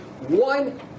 one